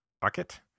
Bucket